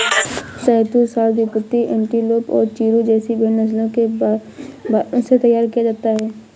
शहतूश shawl तिब्बती antelope और चिरु जैसी भेड़ नस्लों के बालों से तैयार किया जाता है